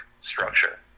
structure